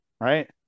Right